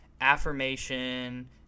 affirmation